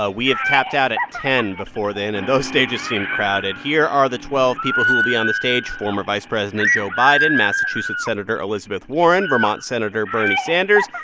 ah we have tapped out at ten before then, and those stages seemed crowded. here are the twelve people who will be on the stage former vice president joe biden, massachusetts senator elizabeth warren, vermont senator bernie sanders,